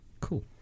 cool